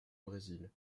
brésil